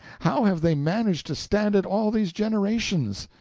how have they managed to stand it all these generations?